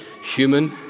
human